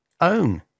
own